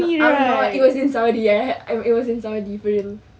I'm not it was it saudi eh it was in saudi for real